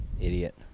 idiot